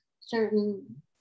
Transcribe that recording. certain